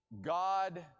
God